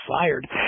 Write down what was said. fired